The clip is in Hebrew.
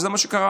שזה מה שקרה.